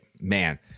man